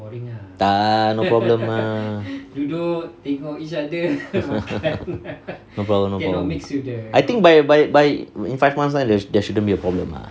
tak no problem ah no problem no problem I think by by by in five months time there shouldn't be a problem lah